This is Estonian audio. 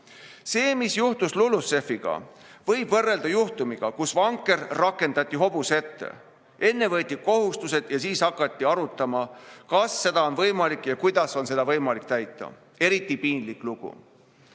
Seda, mis juhtus LULUCF-iga, võib võrrelda juhtumiga, kus vanker rakendati hobuse ette. Enne võeti kohustused ja siis hakati arutama, kas ja kuidas on võimalik seda täita. Eriti piinlik lugu.